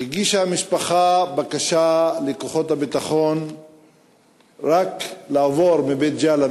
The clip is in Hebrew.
המשפחה הגישה בקשה לכוחות הביטחון רק לעבור מבית-ג'אלה,